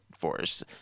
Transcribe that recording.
force